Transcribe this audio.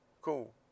cool